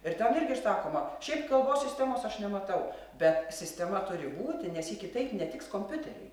ir ten irgi išsakoma šiaip kalbos sistemos aš nematau bet sistema turi būti nes ji kitaip netiks kompiuteriui